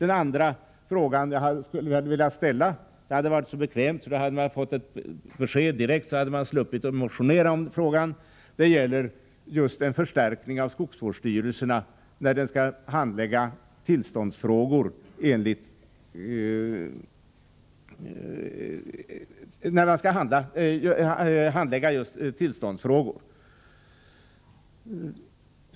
En annan fråga som jag hade velat ställa — det hade varit bekvämt att kunna göra det, eftersom jag då kunnat få ett besked direkt och sluppit motionera i frågan — gäller en förstärkning av skogsvårdsstyrelserna för handläggning av tillståndsfrågor.